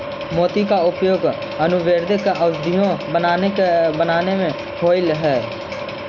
मोती का उपयोग आयुर्वेद में औषधि बनावे में होवअ हई